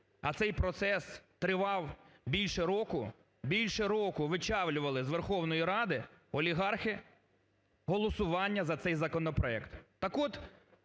а цей процес тривав більше року, більше року вичавлювали з Верховної Ради олігархи голосування за цей законопроект.